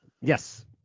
Yes